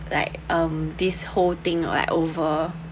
like um this whole thing or like over